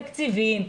תקציבים,